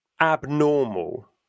abnormal